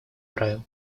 правил